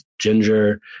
ginger